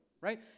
right